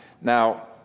Now